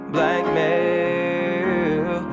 Blackmail